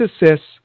assists